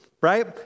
right